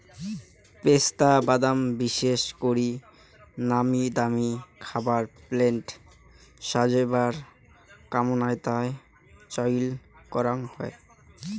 পেস্তা বাদাম বিশেষ করি নামিদামি খাবার প্লেট সাজেবার কামাইয়ত চইল করাং হই